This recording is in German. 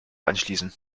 anschließen